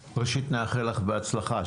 ראשית, נאחל לך בהצלחה.